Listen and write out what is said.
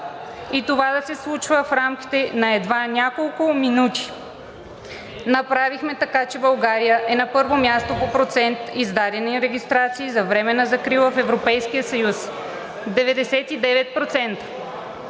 и това да се случва в рамките едва на няколко минути. Направихме така, че България е на първо място по процент издадени регистрации за временна закрила в Европейския съюз – 99%.